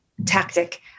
Tactic